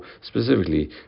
specifically